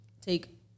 take